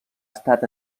estat